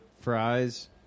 fries